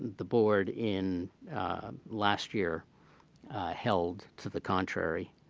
the board in last year held to the contrary